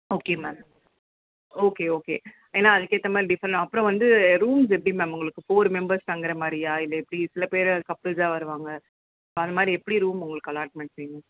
okay ma'am okay okay ஏன்னா அதுக்கேற்ற மாதிரி டிஃபென் அப்புறம் வந்து ரூம்ஸ் எப்படி மேம் உங்களுக்கு ஃபோர் மெம்பெர்ஸ் தங்குகிற மாதிரியா இல்லை எப்படி சில பேர் கப்பிள்ஸாக வருவாங்க ஸோ அந்தமாதிரி எப்படி ரூம் உங்களுக்கு அலாட்மெண்ட் வேணும்